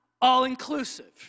all-inclusive